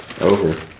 over